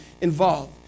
involved